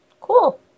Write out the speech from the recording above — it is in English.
Cool